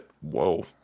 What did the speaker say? Whoa